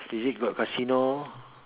is it got Casino